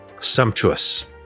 Sumptuous